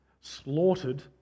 slaughtered